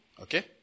okay